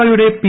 ഒയുടെ പി